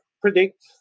predict